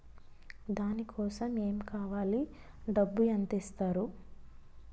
దాని కోసం ఎమ్ కావాలి డబ్బు ఎంత ఇస్తారు?